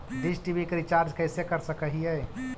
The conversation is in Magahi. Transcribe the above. डीश टी.वी के रिचार्ज कैसे कर सक हिय?